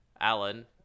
Alan